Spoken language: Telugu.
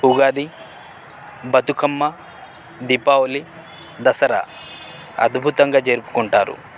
ఉగాది బతుకమ్మ దీపావళి దసరా అద్భుతంగా జరుపుకుంటారు